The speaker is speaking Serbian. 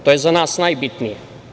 To je za nas najbitnije.